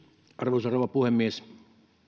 arvoisa rouva puhemies